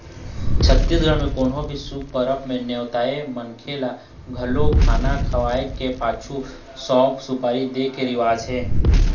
छत्तीसगढ़ म कोनो भी शुभ परब म नेवताए मनखे ल घलोक खाना खवाए के पाछू सउफ, सुपारी दे के रिवाज हे